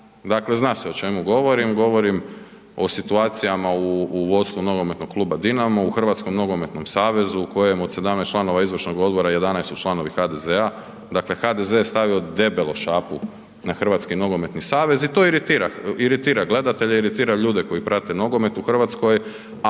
dakle zna se o čemu govorim, govorim o situacijama u, u vodstvu NK Dinamo, u HNS-u u kojem od 17 članova izvršnog odbora 11 su članovi HDZ-a, dakle HDZ je stavio debelo šapu na HNS i to iritira, iritira gledatelje, iritira ljude koji prate nogomet u RH,